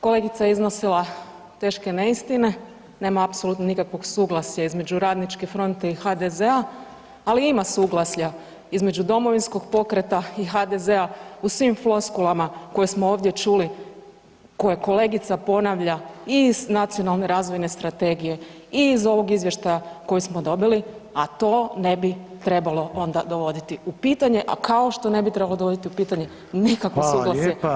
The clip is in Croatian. Kolegica je iznosila teške neistine, nema apsolutno nikakvog suglasja između Radničke fronte i HDZ-a ali ima suglasja između Domovinskog pokreta i HDZ-a u svim floskulama koje smo ovdje čuli koje kolegica ponavlja i iz Nacionalne razvojne strategije, i iz ovog izvještaja koji smo dobili a to ne bi trebalo onda dovoditi u pitanje a kao što ne bi trebalo dovoditi u pitanje nikakvo suglasje HDZ-a